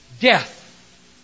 death